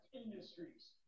Industries